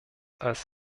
als